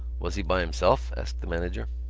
was he by himself? asked the manager.